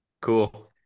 cool